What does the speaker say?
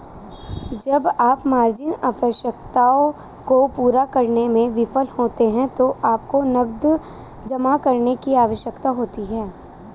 जब आप मार्जिन आवश्यकताओं को पूरा करने में विफल होते हैं तो आपको नकद जमा करने की आवश्यकता होती है